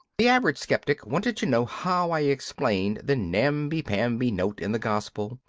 the average sceptic wanted to know how i explained the namby-pamby note in the gospel,